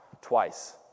twice